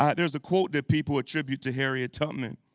ah there's a quote that people attribute to harriet tubman